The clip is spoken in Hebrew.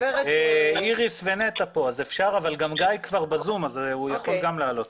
איריס ונטע פה וגם גיא בזום, הוא יכול לעלות.